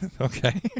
Okay